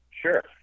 sure